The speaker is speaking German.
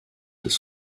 des